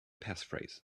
passphrase